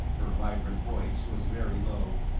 her vibrant voice was very low.